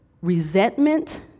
resentment